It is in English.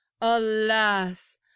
alas